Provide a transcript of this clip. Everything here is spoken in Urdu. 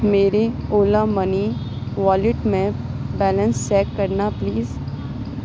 میرے اولا منی والیٹ میں بیلنس چیک کرنا پلیز